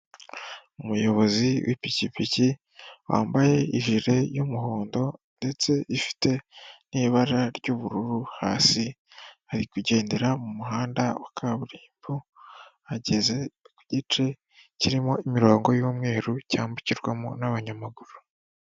Umuyobozi w'ipikipiki, wambaye ijire y'umuhondo ndetse ifite n'ibara ry'ubururu, hasi ari kugendera mu muhanda wa kaburimbo ageze ku gice kirimo imirongo y'umweru cyambukirwamo n'abanyamaguru.